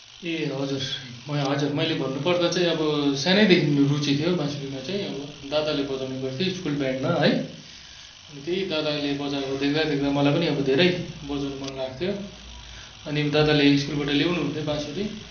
ए हजुर हजुर मैले भन्नुपर्दा चाहिँ अब सानैदेखि रुचि थियो बाँसुरीमा चाहिँ अब दादाले बजाउने गर्थ्यो स्कुल ब्यान्डमा है अनि त्यही दादाले बजाएको देख्दा देख्दा मलाई पनि अब धेरै बजाउन मन लाग्थ्यो अनि दादाले स्कुलबाट ल्याउनु हुन्थ्यो बाँसुरी